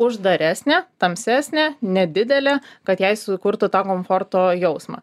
uždaresnė tamsesnė nedidelė kad jai sukurtų tą komforto jausmą